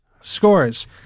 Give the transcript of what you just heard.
Scores